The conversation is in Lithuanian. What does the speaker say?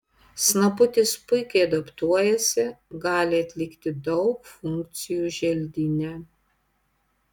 snaputis puikiai adaptuojasi gali atlikti daug funkcijų želdyne